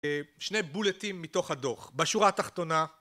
שני בולטים מתוך הדו"ח, בשורה התחתונה